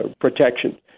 protection